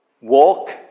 walk